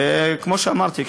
וכמו שאמרתי,